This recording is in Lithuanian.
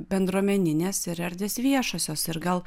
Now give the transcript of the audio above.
bendruomeninės ir erdvės viešosios ir gal